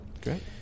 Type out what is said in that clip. Great